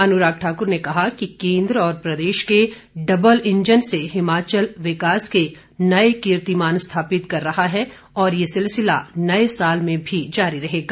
अनुराग ठाक्र ने कहा कि केंद्र और प्रदेश के डबल इंजन से हिमाचल विकास के नये कीर्तिमान स्थापित कर रहा है और ये सिलसिला नये साल में भी जारी रहेगा